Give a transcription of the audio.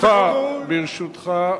ברשותך,